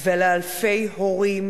ולאלפי הורים